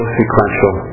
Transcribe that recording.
sequential